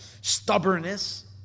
stubbornness